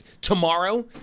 Tomorrow